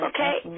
Okay